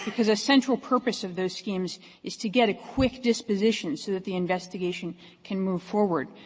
because a central purpose of those schemes is to get a quick disposition so that the investigation can move forward.